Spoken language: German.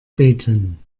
beten